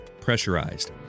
pressurized